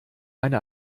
eine